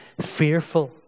fearful